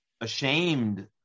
ashamed